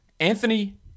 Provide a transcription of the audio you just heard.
Anthony